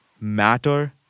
matter